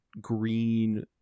green